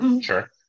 Sure